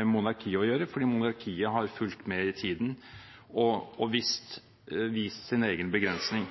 monarki å gjøre, fordi monarkiet har fulgt med i tiden og vist sin egen begrensning.